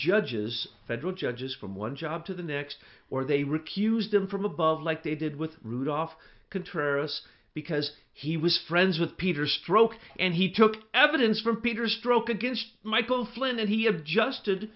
judges federal judges from one job to the next or they recused him from above like they did with rudolph contrary us because he was friends with peter stroke and he took evidence from peter stroke against michael flynn and he adjusted